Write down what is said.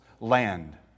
land